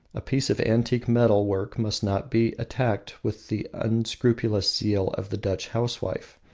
a piece of antique metal work must not be attacked with the unscrupulous zeal of the dutch housewife.